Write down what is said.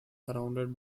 surrounded